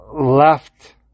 left